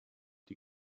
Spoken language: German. die